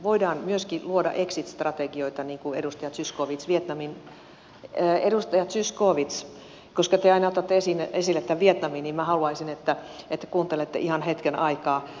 voidaan myöskin luoda exit strategioita niin kuin edustaja zyskowicz vietnamin edustaja zyskowicz koska te aina otatte esille tämän vietnamin niin minä haluaisin että kuuntelette ihan hetken aikaa